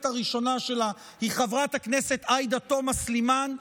הראשונה שלה היא חברת הכנסת עאידה תומא סלימאן,